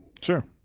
Sure